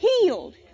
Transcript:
healed